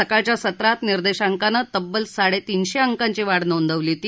सकाळच्या सत्रात निर्देशांकानं तब्बल साडेतीनशे अंकांची वाढ नोंदवली होती